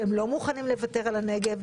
שלא מוכנים לוותר על הנגב,